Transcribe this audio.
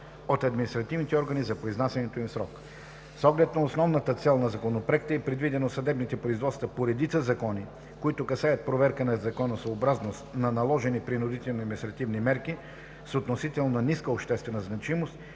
от административните органи за произнасянето им в срок. С оглед на основната цел на Законопроекта е предвидено съдебните производства по редица закони, които касаят проверка на законосъобразност на наложени принудителни административни мерки с относително ниска обществена значимост